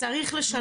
צריך לשנות.